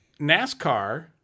NASCAR